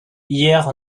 hier